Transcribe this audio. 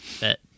Bet